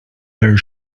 their